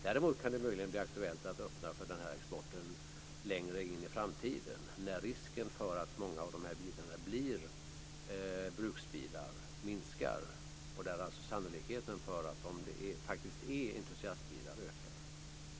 Däremot kan det möjligen bli aktuellt att öppna för den här importen längre in i framtiden när risken för att många av de här bilarna blir bruksbilar minskar. Då ökar ju sannolikheten för att det faktiskt är entusiastbilar.